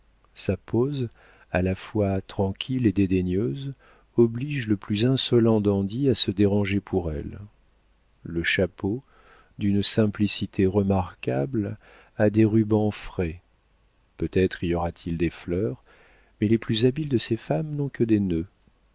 sa pose à la fois tranquille et dédaigneuse oblige le plus insolent dandy à se déranger pour elle le chapeau d'une simplicité remarquable a des rubans frais peut-être y aura-t-il des fleurs mais les plus habiles de ces femmes n'ont que des nœuds